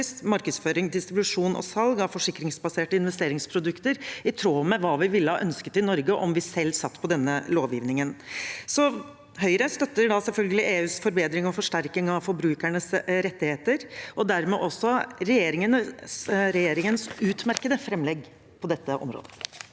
markedsføring, distribusjon og salg av forsikringsbaserte investeringsprodukter, i tråd med hva vi ville ha ønsket i Norge om vi selv satt på denne lovgivningen. Så Høyre støtter selvfølgelig EUs forbedring og forsterking av forbrukernes rettigheter, og dermed også regjeringens utmerkede framlegg på dette området.